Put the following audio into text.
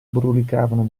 brulicavano